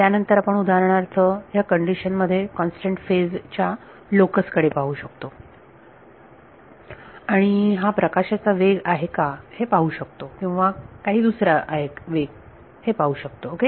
त्यानंतर आपण उदाहरणार्थ ह्या कंडिशन मध्ये कॉन्स्टंट फेज च्या लोकस कडे पाहू शकतो आणि आणि हा प्रकाशाचा वेग आहे का हे पाहू शकतो किंवा हा काही दुसरा आहे वेग हे पाहू शकतो ओके